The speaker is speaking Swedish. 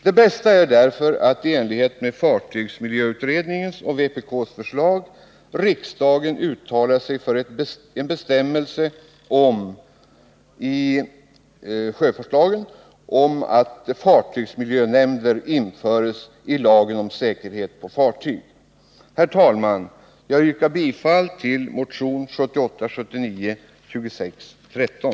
Det bästa är därför att riksdagen i enlighet med fartygsmiljöutredningens och vpk:s förslag uttalar sig för en bestämmelse i sjöfartslagen om att fartygsmiljönämnder införs i lagen om säkerhet på fartyg. Herr talman! Jag yrkar bifall till motionen 1978/79:2613.